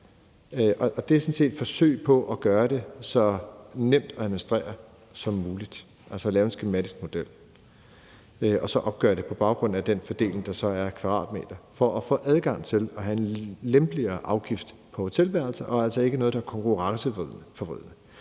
set et forsøg på at gøre det så nemt at administrere som muligt, altså at lave en skematisk model og så opgøre det på baggrund af den fordeling af kvadratmeter, der så er, for at få adgang til at have en lempeligere afgift på hotelværelser, og det er altså ikke noget, der er konkurrenceforvridende.